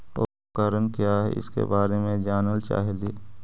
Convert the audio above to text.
उपकरण क्या है इसके बारे मे जानल चाहेली?